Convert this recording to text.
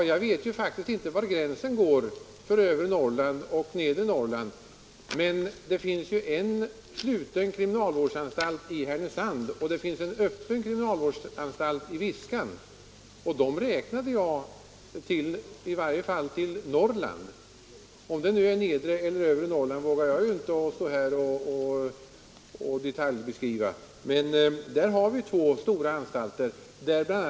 Jag vet faktiskt inte var gränsen går mellan övre och nedre Norrland, men det finns en stuten kriminalvårdsanstalt i Härnösand och en öppen kriminalvårdsanstalt i Viskan, och de platserna räknar jag i varje fall till Norrland.